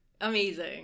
Amazing